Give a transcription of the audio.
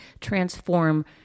transform